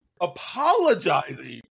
apologizing